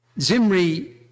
Zimri